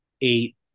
eight